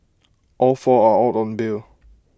all four are out on bail